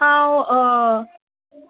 हांव